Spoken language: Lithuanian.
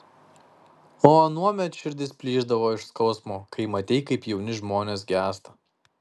o anuomet širdis plyšdavo iš skausmo kai matei kaip jauni žmonės gęsta